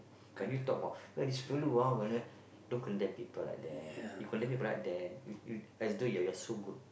when you talk about yeah this fella ah don't condemn people like that you condemn people like that you you as though you're so good